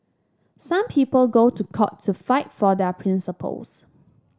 some people go to court to fight for their principles